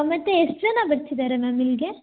ಮತ್ತು ಎಷ್ಟು ಜನ ಬರ್ತಿದ್ದಾರೆ ಮ್ಯಾಮ್ ಇಲ್ಲಿಗೆ